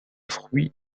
fruit